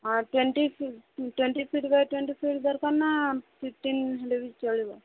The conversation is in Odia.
ହଁ twenty twenty feet by twenty feet ଦରକାର ନାଁ ଫିପଟିନ୍ ହେଲେ ବି ଚଳିବ